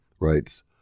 writes